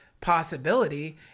possibility